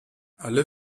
alle